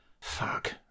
Fuck